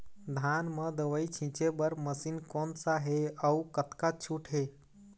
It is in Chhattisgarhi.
धान म दवई छींचे बर मशीन कोन सा हे अउ कतका छूट हे?